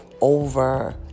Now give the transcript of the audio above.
over